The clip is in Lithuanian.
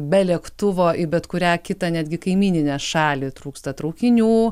be lėktuvo į bet kurią kitą netgi kaimyninę šalį trūksta traukinių